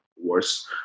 worse